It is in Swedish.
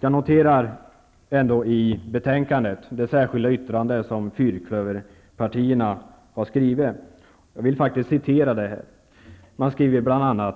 Jag noterar ändå det särskilda yttrande i betänkandet som fyrklöverpartierna har skrivit. Jag vill citera det. Där skrivs bl.a.: